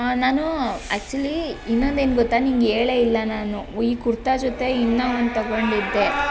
ನಾನು ಆ್ಯಕ್ಚುಲಿ ಇನ್ನೊಂದು ಏನು ಗೊತ್ತಾ ನಿನಗೆ ಹೇಳೇ ಇಲ್ಲ ನಾನು ಈ ಕುರ್ತಾ ಜೊತೆ ಇನ್ನೂ ಒಂದು ತೊಗೊಂಡಿದ್ದೆ